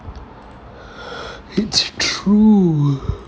it's true